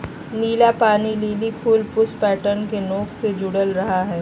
नीला पानी लिली फूल पुष्प पैटर्न के नोक से जुडल रहा हइ